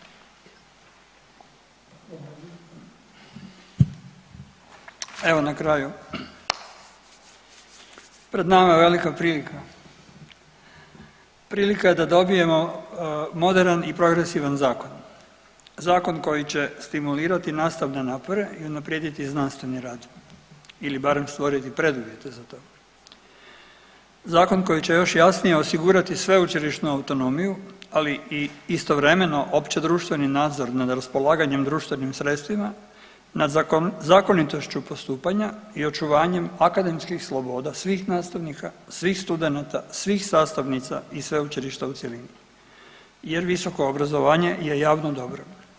Evo na kraju, pred nama je velika prilika, prilika da dobijemo moderan i progresivan zakon, zakon koji će stimulirati nastavne napore i unaprijediti znanstveni rad ili barem stvoriti preduvjete za to, zakon koji će još jasnije osigurati sveučilišnu autonomiju, ali i istovremeno općedruštveni nadzor nad raspolaganjem društvenim sredstvima nad zakonitošću postupanja i očuvanjem akademskih sloboda svih nastavnika, svih studenata, svih sastavnica i sveučilišta u cjelini jer visoko obrazovanje je javno dobro.